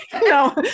no